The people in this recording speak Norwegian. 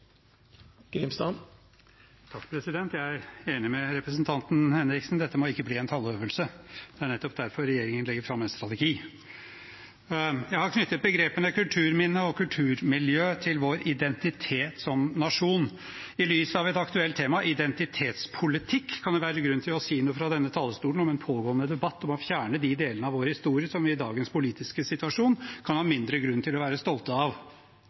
Henriksen, dette må ikke bli en talløvelse. Det er nettopp derfor regjeringen legger fram en strategi. Jeg har knyttet begrepene «kulturminne» og «kulturmiljø» til vår identitet som nasjon. I lys av et aktuelt tema, identitetspolitikk, kan det være grunn til å si noe fra denne talerstolen om en pågående debatt om å fjerne de delene av vår historie som vi i dagens politiske situasjon kan ha mindre grunn til å være stolte av.